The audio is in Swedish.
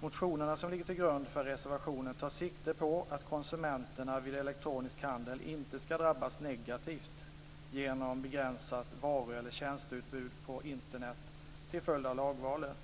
Motionerna som ligger till grund för reservationen tar sikte på att konsumenterna vid elektronisk handel inte ska drabbas negativt genom begränsat varu eller tjänsteutbud på Internet till följd av lagvalet.